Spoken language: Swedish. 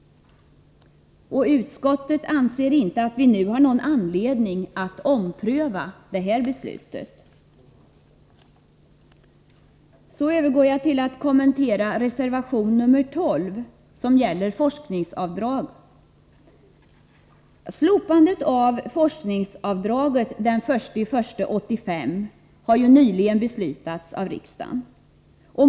Utskottet anser inte att vi nu har någon anledning att ompröva detta beslut. Så övergår jag till att kommentera reservation 12 som gäller forskningsavdrag. Slopandet av forskningsavdraget den 1 januari 1985 har nyligen beslutats av riksdagen.